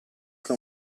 che